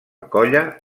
colla